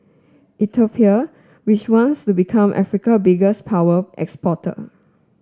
Ethiopia which wants to become Africa biggest power exporter